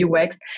UX